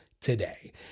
today